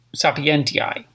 sapientiae